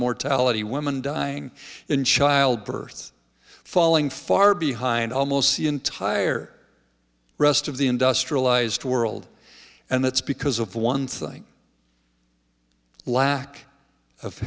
mortality women dying in childbirth falling far behind almost the entire rest of the industrialized world and that's because of one thing lack of